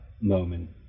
moment